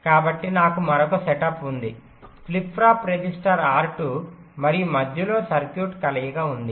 కాబట్టి నాకు మరొక సెటప్ ఉంది ఫ్లిప్ ఫ్లాప్ రిజిస్టర్ R2 మరియు మధ్యలో సర్క్యూట్ కలయిక ఉంది